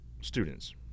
students